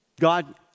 God